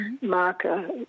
marker